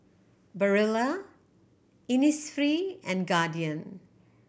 Barilla Innisfree and Guardian